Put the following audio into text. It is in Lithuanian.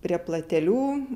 prie platelių